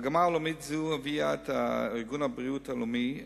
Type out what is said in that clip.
מגמה עולמית זו הביאה את ארגון הבריאות העולמי,